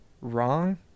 wrong